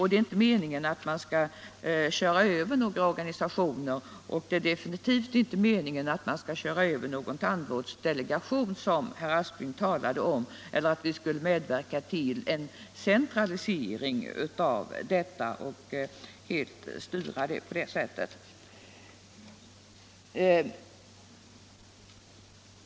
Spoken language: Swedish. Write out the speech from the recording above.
Det är inte meningen att man skall köra över några organisationer, och det är definitivt inte meningen att man skall köra över någon tandvårdsdelegation, som herr Aspling talade om, eller att vi skulle medverka till en centralisering av verksamheten och helt styra den på det sättet.